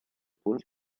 punts